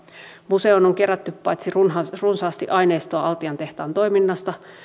museoon on kerätty paitsi runsaasti runsaasti aineistoa altian tehtaan toiminnasta